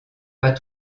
pas